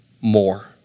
more